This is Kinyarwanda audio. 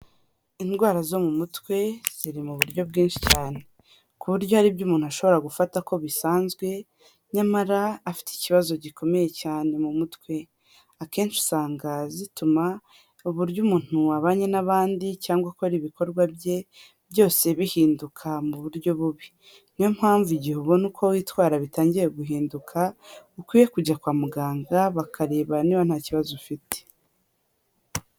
Indwara zo mu mutwe, ziri mu buryo bwinshi cyane, ku buryo hari ibyo umuntu ashobora gufata ko bisanzwe, nyamara afite ikibazo gikomeye cyane mu mutwe. Akenshi usanga zituma uburyo umuntu abanye n'abandi cyangwa akora ibikorwa bye byose bihinduka mu buryo bubi. Niyo mpamvu igihe ubona uko witwara bitangiye guhinduka, ukwiye kujya kwa muganga bakareba niba nta kibazo ufite.